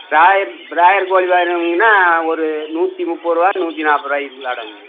broiler broiler கோழி வேணும்னீங்கன்னா ஒரு நூற்றி முப்பதுரூபா நூற்றி நாற்பதுருவாய்க்குள்ள அடங்கும்ங்க